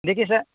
لیجیے سر